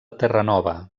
terranova